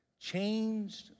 Changed